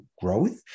growth